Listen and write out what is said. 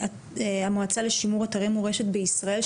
מהמועצה לשימור אתרי מורשת בישראל,